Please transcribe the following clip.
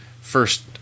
first